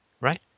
right